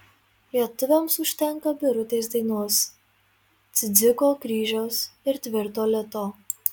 lietuviams užtenka birutės dainos cidziko kryžiaus ir tvirto lito